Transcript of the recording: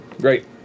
Great